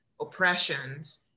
oppressions